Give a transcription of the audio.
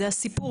זה הסיפור.